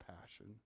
passion